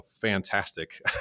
fantastic